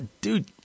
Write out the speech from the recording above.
Dude